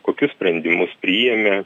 kokius sprendimus priėmė